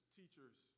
teachers